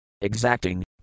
exacting